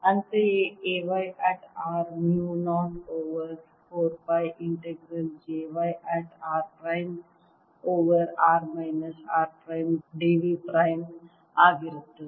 ಅಂತೆಯೇ A y at r mu 0 over 4 pi integral j y at r prime over r minus r prime d v prime ಆಗಿರುತ್ತದೆ